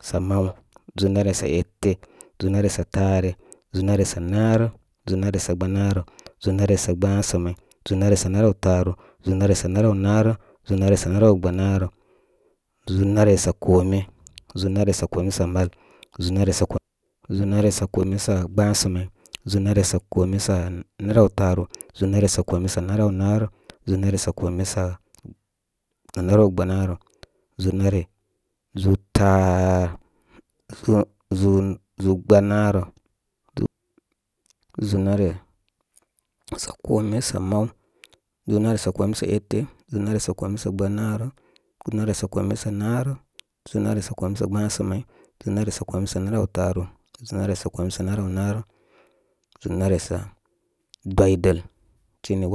Sa mal, ʒuu naresa ete, ʒùu̍ nare sa taare ʒùu̍ nare sa naarək, ʒùu̍ nare sa gba naarə, ʒùu̍ nare sa gba samay, ʒùú nare sa naraw taaru, ʒúú nare sa naraw naarək, ʒùù nare sa naraw gbanaarə, ʒùu̍ nare sa kome. Zu̍u̍ nare sa kome sam al. Sa mal, ʒùu̇ nare sa, ʒùu̍ nare sa kome sa gba samay, ʒūú nare sa kome sa gbasamay, ʒūù nare sa kome naraw taaru, ʒùu̍ nare sa kome sa naraw naarək, ʒu̍u̍ nare sa kome sa naraw gba naarə, ʒùu̍ nare sa kome sa naraw gba naarə, ʒùu̍ nare ʒùu̍ taa, ʒùu̍, ʒùu̍ gbanaarə, ʒùu̍ ʒùu̍ nare, sa kome sa mal. ʒùu̍ nare sa kome sa ete, ʒùu̍ nare sa kome sa gbanarə, ʒùu̍ nare sa kome sa gbanarə, ʒùu̍ nare sa kome sa narək, ʒùu̍ nare sa kome sa gbasamay, ʒùu̍ nare sa kome sa gba sa may, ʒùu̍ nare sa kome sa naraw taaru, ʒùu̍ nare sa kome sa naraw naarə, ʒu̍ù nare sa dwi dəl.